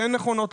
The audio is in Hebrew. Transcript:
כן נכונות,